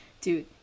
dude